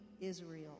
Israel